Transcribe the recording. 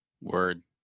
Word